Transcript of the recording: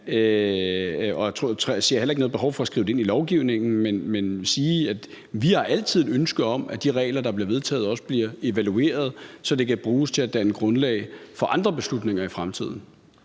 jeg ser heller ikke noget behov for at skrive det ind i lovgivningen. Men jeg vil sige, at vi altid har et ønske om, at de regler, der bliver vedtaget, også bliver evalueret, så det kan bruges til at danne grundlag for andre beslutninger i fremtiden.